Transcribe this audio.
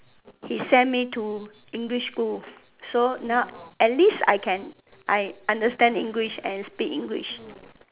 he send me to English school so now at least I can I understand English and speak English